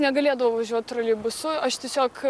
negalėdavau važiuot troleibusu aš tiesiog